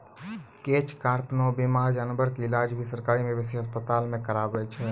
catch कार्प नॅ बीमार जानवर के इलाज भी सरकारी मवेशी अस्पताल मॅ करावै छै